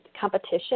competition